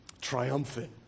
triumphant